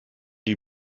die